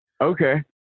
Okay